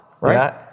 right